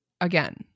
again